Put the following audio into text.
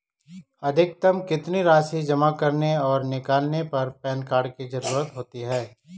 अधिकतम कितनी राशि जमा करने और निकालने पर पैन कार्ड की ज़रूरत होती है?